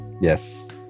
Yes